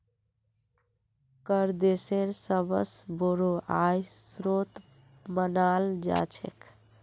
कर देशेर सबस बोरो आय स्रोत मानाल जा छेक